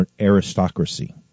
aristocracy